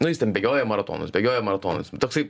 nu jis ten bėgioja maratonus bėgioja maratonus toksai